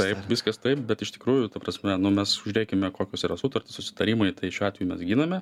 taip viskas taip bet iš tikrųjų ta prasme nu mes žiūrėkime kokios yra sutartys susitarimai tai šiuo atveju mes giname